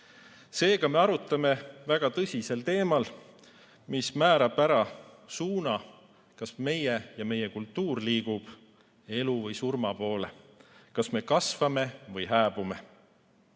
Seega, me arutame väga tõsisel teemal, mis määrab ära suuna, kas meie ja meie kultuur liigub elu või surma poole, kas me kasvame või hääbume.